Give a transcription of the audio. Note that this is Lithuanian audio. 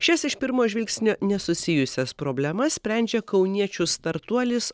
šias iš pirmo žvilgsnio nesusijusias problemas sprendžia kauniečių startuolis